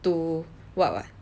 to what [what]